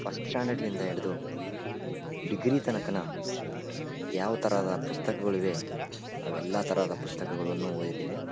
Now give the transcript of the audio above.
first ಸ್ಟ್ಯಾಂಡರ್ಡ್ಲಿಲಿಂದ ಹಿಡ್ದು degree ತನಕನ ಯಾವ ಥರದ ಪುಸ್ತಕಗಳಿವೆ ಅವೆಲ್ಲ ಥರದ ಪುಸ್ತಕಗಳನ್ನು ಓದಿದ್ದೇವೆ